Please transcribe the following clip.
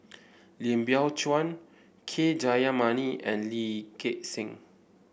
Lim Biow Chuan K Jayamani and Lee Gek Seng